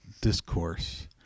discourse